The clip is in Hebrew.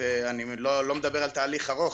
אני לא מדבר על תהליך ארוך,